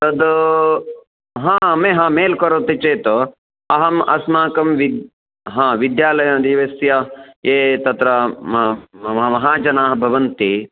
तद् हा म हा मेल् करोति चेत् अहम् अस्माकं विद्या हा विद्यालयदेवस्य ये तत्र म महाजनाः भवन्ति